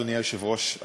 אדוני היושב-ראש,